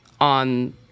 on